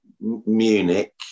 Munich